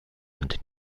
und